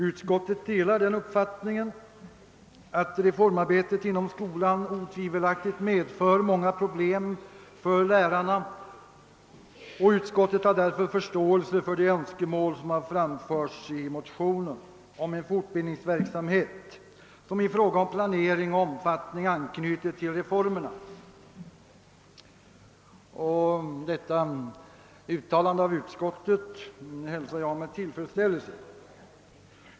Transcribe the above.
Utskottet delar uppfattningen att reformarbetet inom skolan otvivelaktigt medför »många problem för lärarna, och utskottet har därför förståelse för önskemålen i motionen II: 731 om en fortbildningsverksamhet som i fråga om planering och omfattning anknyter till reformerna». Detta utskottets uttalande hälsar jag med tillfredsställelse.